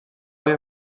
avi